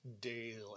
daily